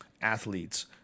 athletes